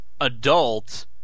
Adult